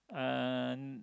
uh